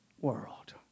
world